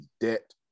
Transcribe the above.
debt